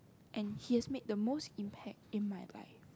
and he has made the most impact in my life